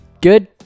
Good